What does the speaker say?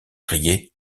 riait